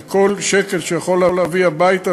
וכל שקל שהוא יכול להביא הביתה,